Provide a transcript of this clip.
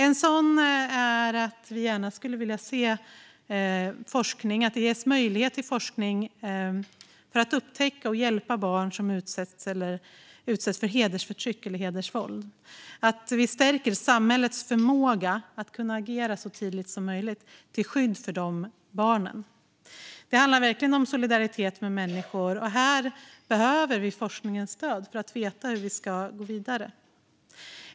En sådan är att vi gärna skulle vilja se att det ges möjlighet till forskning för att upptäcka och hjälpa barn som utsätts för hedersförtryck eller hedersvåld och att vi stärker samhällets förmåga att agera så tidigt som möjligt till skydd för de barnen. Det handlar verkligen om solidaritet med människor. Här behöver vi forskningens stöd för att veta hur vi ska gå vidare.